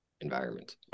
environment